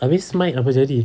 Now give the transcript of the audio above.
habis smite apa jadi